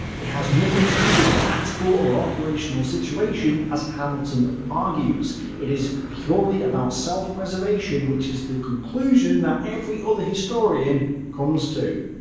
it has nothing to do with the tactical or operational situation as hamilton argues it is purely about self-preservation, which is the conclusion that every other historian comes to.